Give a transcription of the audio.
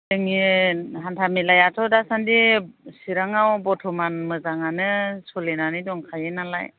जोंनि हान्थामेलायाथ' दासान्दि चिराङाव बर्त'मान मोजाङानो सोलिनानै दंखायो नालाय